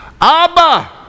Abba